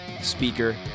speaker